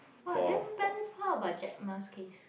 !wah! then then how about Jack-Ma's case